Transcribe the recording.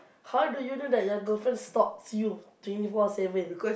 how do you know that your girlfriend stalks you twenty four seven